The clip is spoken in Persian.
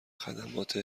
خدمات